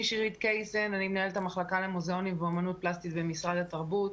אני מנהלת המחלקה למוזיאונים ואומנות פלסטית במשרד התרבות.